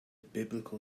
biblical